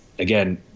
Again